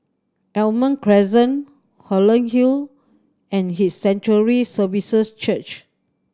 Almond Crescent Holland Hill and His Sanctuary Services Church